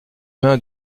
mains